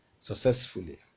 successfully